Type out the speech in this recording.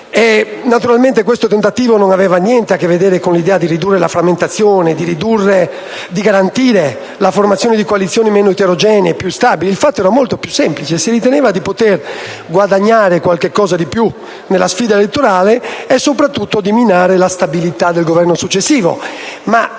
Naturalmente questo tentativo non aveva niente a che vedere con l'idea di ridurre la frammentazione, di garantire la formazione di coalizioni meno eterogenee, più stabili. Il fatto era molto più semplice: si riteneva di poter guadagnare qualcosa di più nella sfida elettorale e soprattutto di minare la stabilità del Governo successivo.